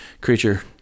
creature